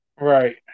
right